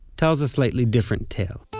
tells a slightly different tale